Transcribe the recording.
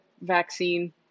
vaccine